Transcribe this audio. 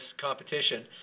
competition